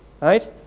right